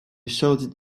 shouted